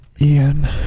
Ian